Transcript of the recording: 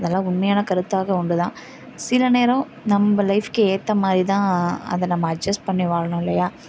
அதெல்லாம் உண்மையான கருத்தாக உண்டுதான் சில நேரம் நம்ம லைஃப்புக்கு ஏற்ற மாதிரி தான் அதை நம்ம அட்ஜஸ்ட் பண்ணி வாழணும் இல்லையா